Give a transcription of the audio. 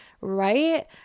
right